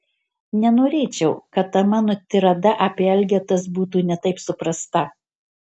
nenorėčiau kad ta mano tirada apie elgetas būtų ne taip suprasta